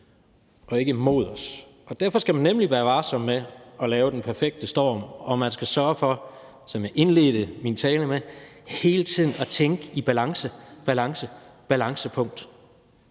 og ikke mod os. Derfor skal man nemlig være varsom med at lave den perfekte storm, og man skal – som jeg indledte min tale med – hele tiden sørge for at tænke i balance, balance, balancepunkt.